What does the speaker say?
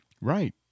Right